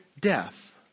death